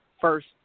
first